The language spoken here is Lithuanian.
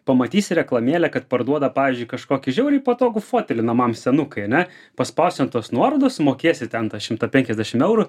pamatysi reklamėlę kad parduoda pavyzdžiui kažkokį žiauriai patogų fotelį namam senukai ane paspausi ant tos nuorodos sumokėsi ten tą šimtą penkiasdešim eurų